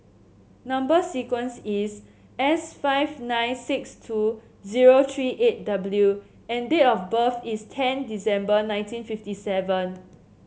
number sequence is S five nine six two zero tree eight W and date of birth is ten December nineteen fifty seven